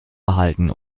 behalten